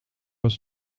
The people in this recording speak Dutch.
was